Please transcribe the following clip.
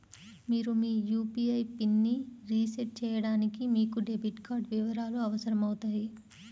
మీరు మీ యూ.పీ.ఐ పిన్ని రీసెట్ చేయడానికి మీకు డెబిట్ కార్డ్ వివరాలు అవసరమవుతాయి